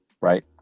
right